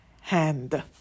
hand